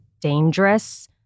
dangerous